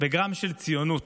וגרם של ציונות.